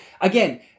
again